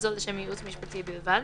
וזאת לשם ייעוץ משפטי בלבד,